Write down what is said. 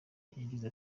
yagize